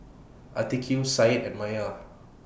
Atiqah Said and Maya